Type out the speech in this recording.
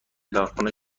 داروخانه